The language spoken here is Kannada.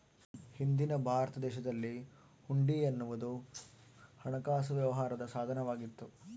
ಹಿಂದಿನ ಭಾರತ ದೇಶದಲ್ಲಿ ಹುಂಡಿ ಎನ್ನುವುದು ಹಣಕಾಸು ವ್ಯವಹಾರದ ಸಾಧನ ವಾಗಿತ್ತು